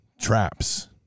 traps